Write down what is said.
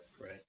Right